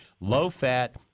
low-fat